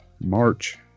March